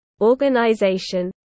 organization